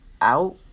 out